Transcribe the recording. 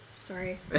sorry